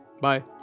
Bye